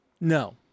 No